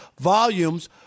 volumes